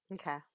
okay